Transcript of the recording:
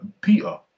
Peter